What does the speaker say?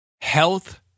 Health